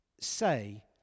say